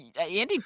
Andy